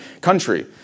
country